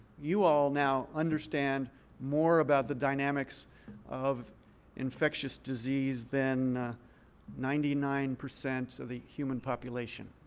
you all now understand more about the dynamics of infectious disease than ninety nine percent of the human population.